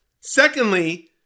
Secondly